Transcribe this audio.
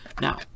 Now